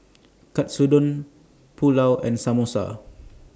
Katsudon Pulao and Samosa